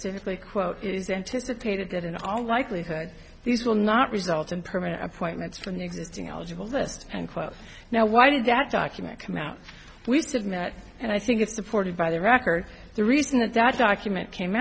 specifically quote it is anticipated that in all likelihood these will not result in permanent appointments from the existing eligible list and quote now why did that document come out we submit and i think it's supported by the record the reason that that document came